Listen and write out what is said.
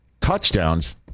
touchdowns